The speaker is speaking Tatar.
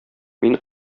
мин